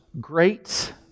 great